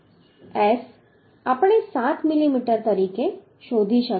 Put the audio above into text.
S આપણે 7 millimetre તરીકે શોધી શકીએ છીએ